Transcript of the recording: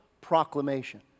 proclamation